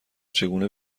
چگونه